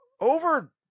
over